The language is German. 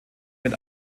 mit